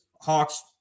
Hawks